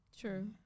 True